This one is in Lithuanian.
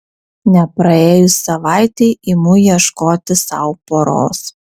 nepraėjus savaitei imu ieškoti sau poros